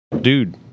dude